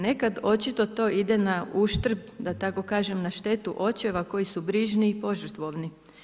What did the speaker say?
Nekad očito to ide na uštrb da tako kažem, na štetu očeva koji su brižni i požrtvovni.